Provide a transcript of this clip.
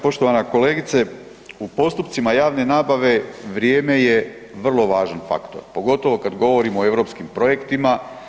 Poštovana kolegice u postupcima javne nabave vrijeme je vrlo važan faktor pogotovo kad govorimo o europskim projektima.